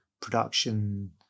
production